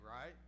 right